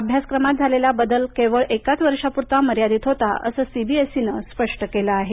अभ्यासक्रमात झालेला बदल केवळ एकाच वर्षापुरता मर्यादित होता असं सीबीएसईनं स्पष्ट केलं आहे